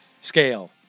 scale